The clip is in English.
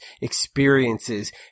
experiences